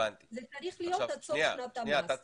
זה צריך להיות עד סוף שנת המס,